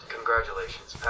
Congratulations